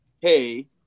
hey